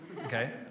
okay